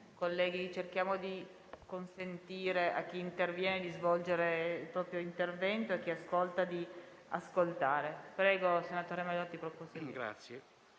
Colleghi, cerchiamo di consentire a chi interviene di svolgere il proprio intervento e a chi desidera ascoltare di farlo. Prego, senatore Marilotti, prosegua.